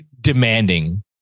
demanding